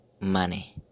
money